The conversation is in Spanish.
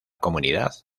comunidad